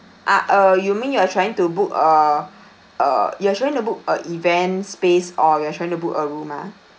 ah uh you mean you're trying to book a err you're trying to book a event space or you're trying to book a room ah